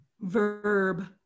verb